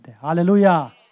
Hallelujah